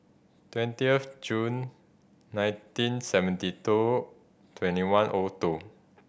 twenty of June nineteen seventy two twenty one O two